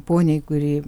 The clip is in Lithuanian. poniai kuri